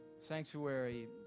sanctuary